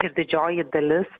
ir didžioji dalis